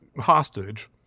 hostage